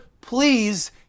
please